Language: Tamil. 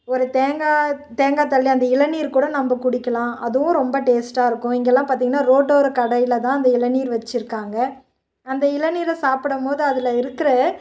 ஒரு தேங்காய் தேங்காய்த்தண்ணி அந்த இளநீர் கூட நம்ம குடிக்கலாம் அதுவும் ரொம்ப டேஸ்ட்டாக இருக்கும் இங்கெல்லாம் பார்த்திங்கன்னா ரோட்டோர கடையில் தான் அந்த இளநீர் வச்சிருக்காங்க அந்த இளநீரை சாப்பிடம்போது அதில் இருக்கிற